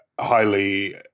highly